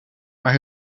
maar